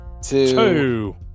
two